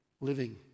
living